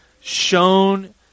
shown